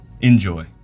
Enjoy